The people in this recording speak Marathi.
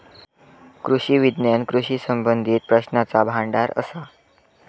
कृषी विज्ञान कृषी संबंधीत प्रश्नांचा भांडार असा